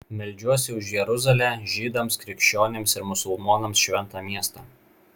meldžiuosi už jeruzalę žydams krikščionims ir musulmonams šventą miestą